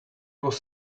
was